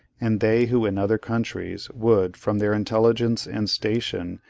and they who in other countries would, from their intelligence and station,